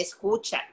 escucha